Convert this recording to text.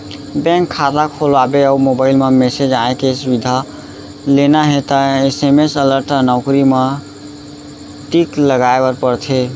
bank खाता खोलवाबे अउ मोबईल म मेसेज आए के सुबिधा लेना हे त एस.एम.एस अलर्ट नउकरी म टिक लगाए बर परथे